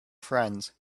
friends